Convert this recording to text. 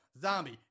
Zombie